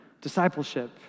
discipleship